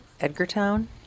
Edgartown